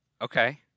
Okay